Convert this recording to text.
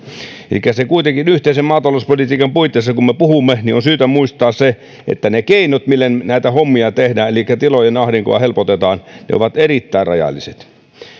kuitenkin yhteisen maatalouspolitiikan puitteissa kun me puhumme on syytä muistaa se että ne keinot millä näitä hommia tehdään elikkä tilojen ahdinkoa helpotetaan ovat erittäin rajalliset